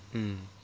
mm